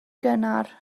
gynnar